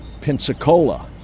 Pensacola